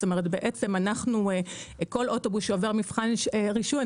כל אוטובוס שעובר מבחן רישוי,